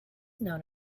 known